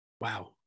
Wow